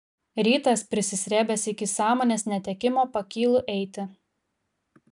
rytas prisisrėbęs iki sąmonės netekimo pakylu eiti